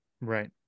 Right